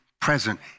present